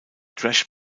thrash